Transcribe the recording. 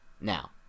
now